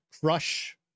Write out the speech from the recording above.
crush